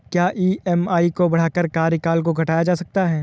क्या ई.एम.आई को बढ़ाकर कार्यकाल को घटाया जा सकता है?